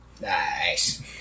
Nice